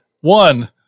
one